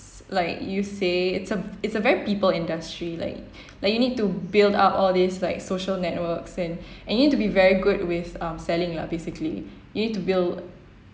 like you said it's a it's a very people industry like like you need to build up all these like social networks and and you need to be very good with um selling lah basically you need to build